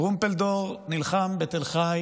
טרומפלדור נלחם בתל חי